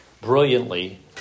brilliantly